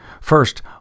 First